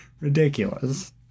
Ridiculous